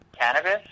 cannabis